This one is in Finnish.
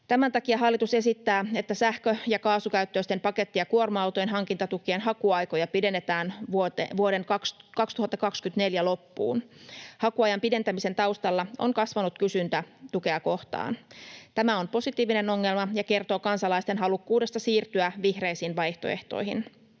Tämän takia hallitus esittää, että sähkö‑ ja kaasukäyttöisten paketti‑ ja kuorma-autojen hankintatukien hakuaikoja pidennetään vuoden 2024 loppuun. Hakuajan pidentämisen taustalla on kasvanut kysyntä tukea kohtaan. Tämä on positiivinen ongelma ja kertoo kansalaisten halukkuudesta siirtyä vihreisiin vaihtoehtoihin.